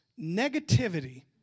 negativity